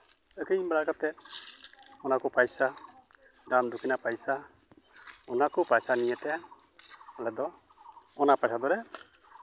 ᱟᱹᱠᱷᱨᱤᱧ ᱵᱟᱲᱟ ᱠᱟᱛᱮᱫ ᱚᱱᱟ ᱠᱚ ᱯᱚᱭᱥᱟ ᱫᱟᱱ ᱫᱚᱠᱷᱤᱱᱟ ᱯᱚᱭᱥᱟ ᱚᱱᱟ ᱠᱚ ᱯᱚᱭᱥᱟ ᱱᱤᱭᱮ ᱛᱮ ᱟᱞᱮ ᱫᱚ ᱚᱱᱟ ᱯᱚᱭᱥᱟ ᱫᱚᱞᱮ